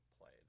played